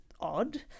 odd